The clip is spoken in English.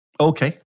Okay